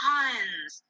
tons